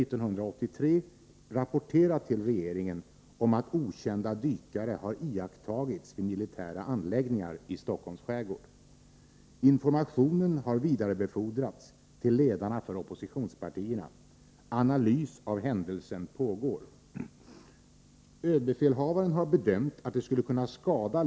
Varken ÖB eller regeringen har emellertid offentliggjort vittnesuppgifterna om grodmännen — trots att en ÖB-rapport om misstänkta fall av ubåtskränkningar blev föremål för offentlighet i slutet av året.